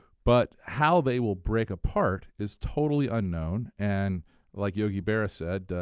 but how they will break apart is totally unknown and like yogi berra said,